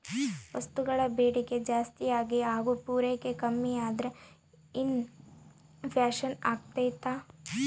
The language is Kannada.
ವಸ್ತುಗಳ ಬೇಡಿಕೆ ಜಾಸ್ತಿಯಾಗಿ ಹಾಗು ಪೂರೈಕೆ ಕಮ್ಮಿಯಾದ್ರೆ ಇನ್ ಫ್ಲೇಷನ್ ಅಗ್ತೈತೆ